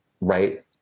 right